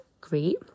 great